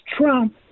Trump